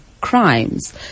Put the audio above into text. crimes